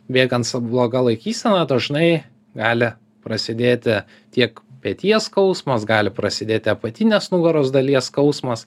bėgant su bloga laikysena dažnai gali prasidėti tiek peties skausmas gali prasidėti apatinės nugaros dalies skausmas